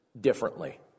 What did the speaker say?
differently